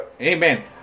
amen